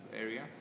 area